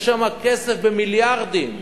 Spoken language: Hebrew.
יש שם כסף במיליארדים.